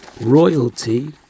royalty